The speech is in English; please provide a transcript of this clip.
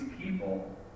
people